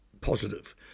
positive